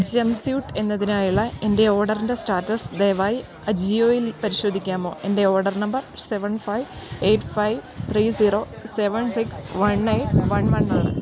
jump suit എന്നതിനായുള്ള എൻ്റെ ഓർഡറിൻ്റെ സ്റ്റാറ്റസ് ദയവായി അജിയോയിൽ പരിശോധിക്കാമോ എൻ്റെ order number seven five eight five three zero seven six one eight one വണ്ണാണ്